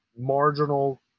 marginal